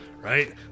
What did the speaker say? right